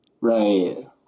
Right